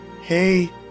hey